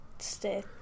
stay